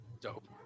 dope